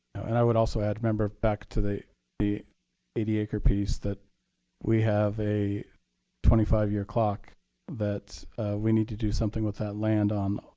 and i would also add remember back to the the eighty acre piece, that we have a twenty five year clock that we need to do something with that land on.